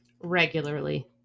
Regularly